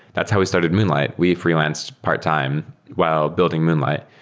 that's how we started moonlight. we freelanced part-time while building moonlight.